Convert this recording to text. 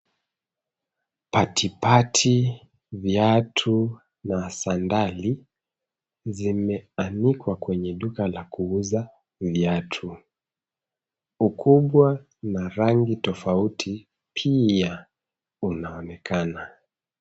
Patipati, viatu na sandali zimeanikwa kwenye duka la kuuza viatu. Ukubwa na rangi tofauti pia unaonekana.